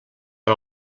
per